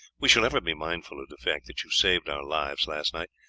we shall ever be mindful of the fact that you saved our lives last night,